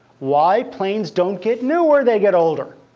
why? planes don't get newer. they get older.